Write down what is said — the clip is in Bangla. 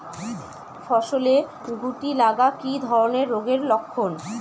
ফসলে শুটি লাগা কি ধরনের রোগের লক্ষণ?